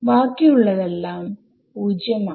ബാക്കിയുള്ളതെല്ലാം 0 ആവും